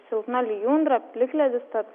silpna lijundra plikledis tad